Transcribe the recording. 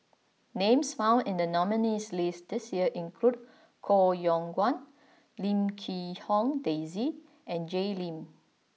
names found in the nominees' list this year include Koh Yong Guan Lim Quee Hong Daisy and Jay Lim